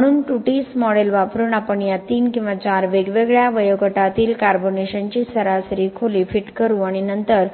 म्हणून टुटिस मॉडेल वापरून आपण या तीन किंवा चार वेगवेगळ्या वयोगटातील कार्बनेशनची सरासरी खोली फिट करू आणि त्यानंतर